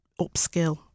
upskill